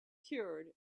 cured